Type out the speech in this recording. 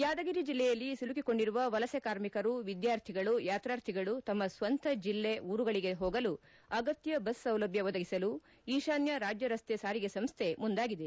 ಯಾದಗಿರಿ ಜಿಲ್ಲೆಯಲ್ಲಿ ಸಿಲುಕಿಕೊಂಡಿರುವ ವಲಸೆ ಕಾರ್ಮಿಕರು ವಿದ್ವಾರ್ಥಿಗಳು ಯಾತಾರ್ಥಿಗಳು ತಮ್ಮ ಸ್ವಂತ ಜಿಲ್ಲೆ ಊರುಗಳಗೆ ಹೋಗಲು ಅಗತ್ಯ ಬಸ್ ಸೌಲಭ್ಯ ಒದಗಿಸಲು ಈಶಾನ್ಯ ರಾಜ್ಯ ರಸ್ತೆ ಸಾರಿಗೆ ಸಂಸ್ಥೆ ಮುಂದಾಗಿದೆ